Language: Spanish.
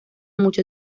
mucho